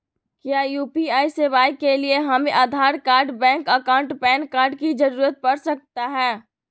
क्या यू.पी.आई सेवाएं के लिए हमें Aadhaar card bank account PAN card की जरूरत पड़ सकता है?